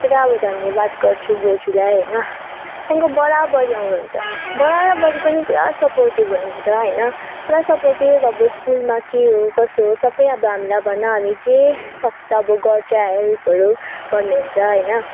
पुरा अब धन्यवाद गर्छु बोजुलाई होइन त्यहाँदेखिको बडाबडी आउनुहुन्छ बडा र बडी पनि पुरा सपोर्टिभ हुनुहुन्छ होइन पुरा सपोर्टिभ अब स्कुलमा के हो कसो हो सबै अब हामीलाई भन हामी जे सक्छ अब गर्छ हेल्पहरू भन्नुहुन्छ होइन